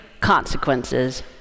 consequences